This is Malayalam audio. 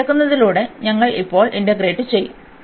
ഇത് എടുക്കുന്നതിലൂടെ ഞങ്ങൾ ഇപ്പോൾ ഇന്റഗ്രേറ്റ് ചെയ്യുo